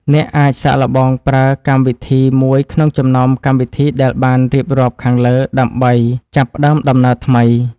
អ្នកអាចសាកល្បងប្រើកម្មវិធីមួយក្នុងចំណោមកម្មវិធីដែលបានរៀបរាប់ខាងលើដើម្បីចាប់ផ្តើមដំណើរថ្មី។